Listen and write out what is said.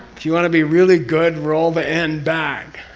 if you want to be really good, roll the n back,